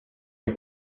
you